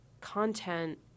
content